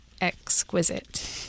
exquisite